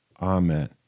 amen